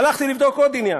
הלכתי לבדוק עוד עניין.